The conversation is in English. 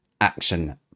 action